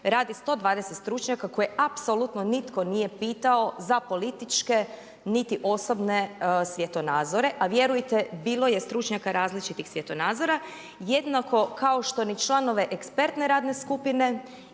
radi 120 stručnjaka koje apsolutno nitko nije pitao za političke niti osobne svjetonazore, a vjerujte bilo je stručnjaka različitih svjetonazora jednako kao što ni članove ekspertne radne skupine